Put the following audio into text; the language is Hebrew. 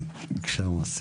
בבקשה, מוסי.